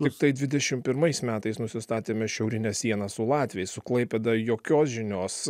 tiktai dvidešim pirmais metais nusistatėme šiaurinę sieną su latviais su klaipėda jokios žinios